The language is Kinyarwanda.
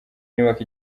nyubako